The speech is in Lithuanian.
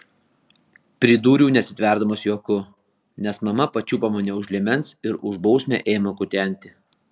pridūriau nesitverdamas juoku nes mama pačiupo mane už liemens ir už bausmę ėmė kutenti